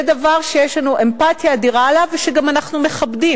זה דבר שיש לנו אמפתיה אדירה אליו ושאנחנו גם מכבדים.